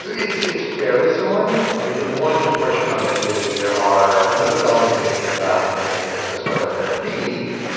it's it's fairly similar. i mean, one departure from it is there are a number of elements you need to think about when starting a crypto startup that are pretty unique,